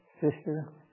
sister